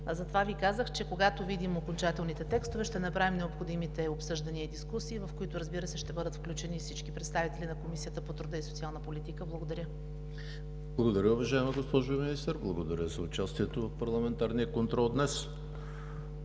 затова Ви казах, че когато видим окончателните текстове, ще направим необходимите обсъждания и дискусии, в които, разбира се, ще бъдат включени и всички представители на Комисията по труда, социалната и демографската политика. Благодаря. ПРЕДСЕДАТЕЛ ЕМИЛ ХРИСТОВ: Благодаря, уважаема госпожо Министър. Благодаря за участието в парламентарния контрол днес.